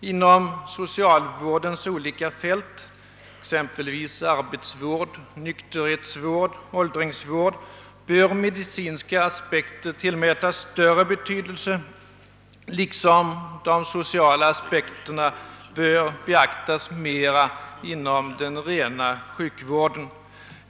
Inom socialvårdens olika fält, exempelvis arbetsvård, nykterhetsvård, åldringsvård, bör medicinska aspekter tillmätas större betydelse liksom de sociala aspekterna bör beaktas mera inom den rena sjukvården.